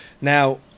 Now